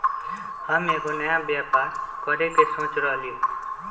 हम एगो नया व्यापर करके सोच रहलि ह